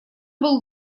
был